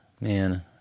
man